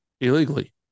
illegally